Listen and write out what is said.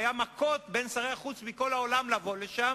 היו מכות בין שרי החוץ מכל העולם לבוא לשם,